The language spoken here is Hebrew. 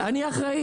אני אחראי.